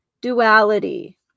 duality